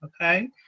okay